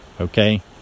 Okay